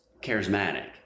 charismatic